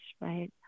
right